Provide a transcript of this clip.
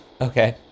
Okay